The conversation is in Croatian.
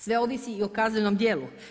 Sve ovisi i o kaznenom djelu.